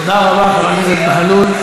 תודה רבה, חבר הכנסת בהלול.